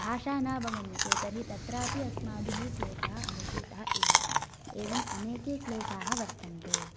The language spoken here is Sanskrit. भाषा न अवगम्यते तर्हि तत्रापि अस्माभिः क्लेषः अनुभूतः एव एवम् अनेके क्लेषाः वर्तन्ते